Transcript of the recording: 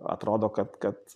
atrodo kad kad